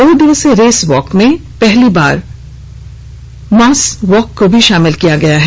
दो दिवसीय race walk में पहली बार मॉस वाक को भी शामिल किया है